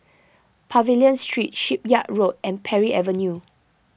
Pavilion Street Shipyard Road and Parry Avenue